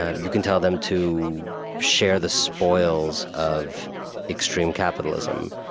you can tell them to share the spoils of extreme capitalism,